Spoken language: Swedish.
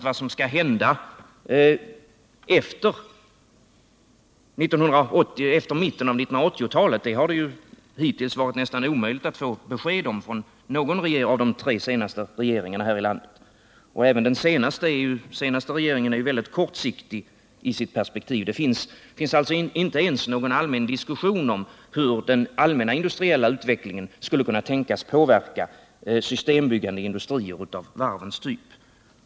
Vad som skall hända efter mitten av 1980-talet har det hittills varit nästan omöjligt att få besked om av någon av de tre senaste regeringarna här i landet, och även den nuvarande regeringens perspektiv är synnerligen kortsiktigt. Det finns alltså inte ens någon allmän diskussion om hur den allmänna industriella utvecklingen skulle kunna tänkas påverka systembyggande industrier av varvens typ.